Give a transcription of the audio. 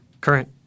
current